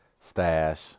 stash